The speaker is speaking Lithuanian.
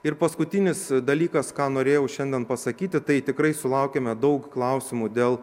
ir paskutinis dalykas ką norėjau šiandien pasakyti tai tikrai sulaukiame daug klausimų dėl